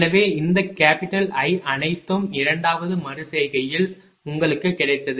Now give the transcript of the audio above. எனவே இந்த capital I அனைத்தும் இரண்டாவது மறு செய்கையில் உங்களுக்கு கிடைத்தது